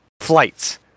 flights